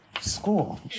school